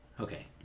Okay